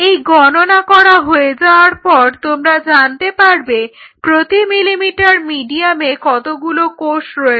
এই গণনা করা হয়ে যাওয়ার পর তোমরা জানতে পারবে প্রতি মিলিলিটার মিডিয়ামে কতগুলো কোষ রয়েছে